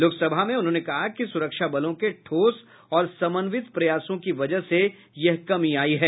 लोकसभा में उन्होंने कहा कि सुरक्षा बलों के ठोस और समन्वित प्रयासों की वजह से यह कमी आयी है